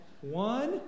One